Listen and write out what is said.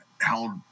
held